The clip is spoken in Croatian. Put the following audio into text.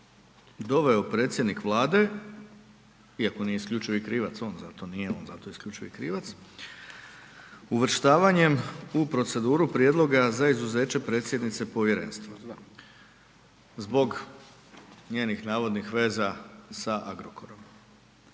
doveo predsjednik Vlade iako nije isključivi krivac on za to, nije on za to isključivi krivac, uvrštavanjem u proceduru prijedloga za izuzeće predsjednice povjerenstva, zbog njenih navodnih veza sa Agrokorom,